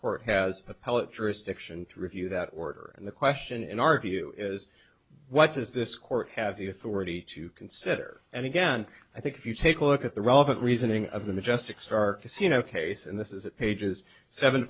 court has appellate jurisdiction to review that order and the question in our view is what does this court have the authority to consider and again i think if you take a look at the relevant reasoning of the majestic circus you know case and this is at pages seven